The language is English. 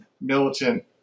militant